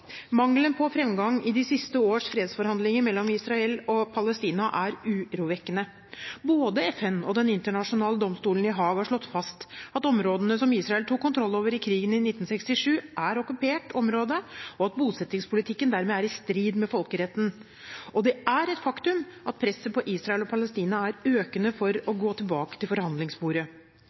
Mangelen på fremgang i de siste års fredsforhandlinger mellom Israel og Palestina er urovekkende. Både FN og Den internasjonale domstolen i Haag har slått fast at områdene som Israel tok kontroll over i krigen i 1967, er okkupert område, og at bosettingspolitikken dermed er i strid med folkeretten. Det er et faktum at presset på Israel og Palestina er økende for